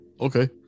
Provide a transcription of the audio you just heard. okay